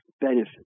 benefit